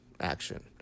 action